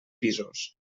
pisos